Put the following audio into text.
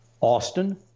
Austin